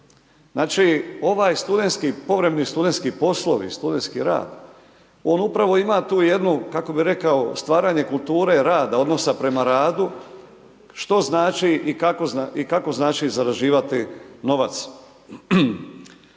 Znači, ovi povremeni studentski poslovi, studentski rad, on upravo ima tu jednu, kako bi rekao, stvaranje kulture rada, odnosa prema radu, što znači i kako znači zarađivati novac.